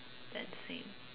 then same